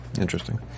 Interesting